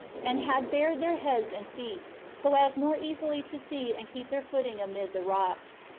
and had bared their heads and feet, so as more easily to see and keep their foot ing amid the rocks.